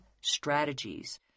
strategies